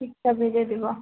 ठीक छै भेजे देबऽ